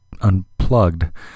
Unplugged